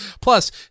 Plus